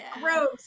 gross